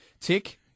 tick